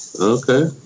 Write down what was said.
Okay